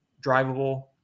drivable